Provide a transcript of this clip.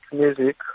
music